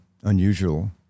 unusual